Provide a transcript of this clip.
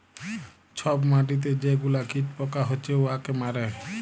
ছব মাটিতে যে গুলা কীট পকা হছে উয়াকে মারে